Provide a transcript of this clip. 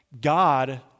God